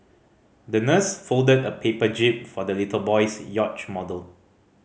the nurse folded a paper jib for the little boy's yacht model